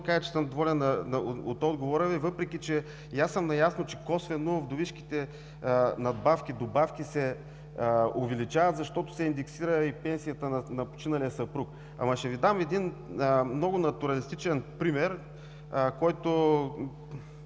да кажа, че съм доволен от отговора Ви, въпреки че и аз съм наясно, че косвено вдовишките добавки се увеличават, защото се индексира и пенсията на починалия съпруг. Ще Ви дам един много натуралистичен пример. Едно